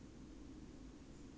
!huh!